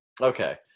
Okay